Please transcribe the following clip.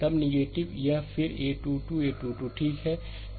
तब फिर यह 2 2 a 2 2 ठीक है